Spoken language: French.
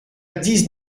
dix